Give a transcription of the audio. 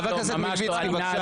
חבר הכנסת מלביצקי, בבקשה.